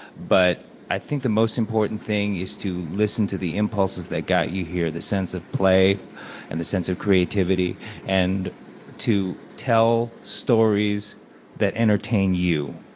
but i think the most important thing is to listen to the impulses that got you here, the sense of play and the sense of creativity and to tell stories that entertain you.